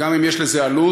גם אם יש לזה עלות,